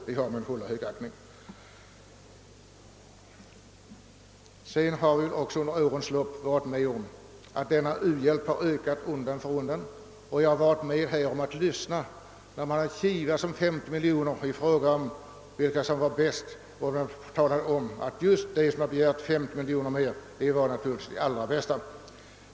Vi har under årens lopp fått uppleva att u-hjälpen har ökat undan för undan. Jag har varit med om att det har kivats om 50 miljoner kronor, och de som hade begärt 50 miljoner kronor mera var naturligtvis de allra bästa.